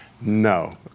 No